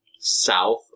south